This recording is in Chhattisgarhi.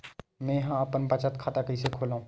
मेंहा अपन बचत खाता कइसे खोलव?